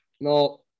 No